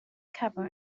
cover